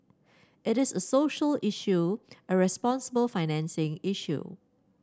it is a social issue a responsible financing issue